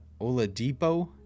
Oladipo